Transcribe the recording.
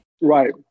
Right